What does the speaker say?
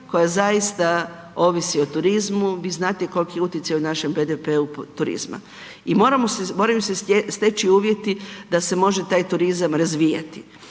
koja zaista ovisi o turizmu, vi znate koliki je utjecaj u našem BDP-u turizma i moraju se steći uvjeti da se mora taj turizam razvijati.